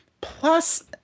Plus